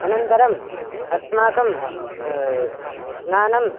अनन्तरम् अस्माकं स्नानम्